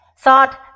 thought